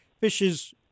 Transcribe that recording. fishes